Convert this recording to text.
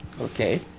Okay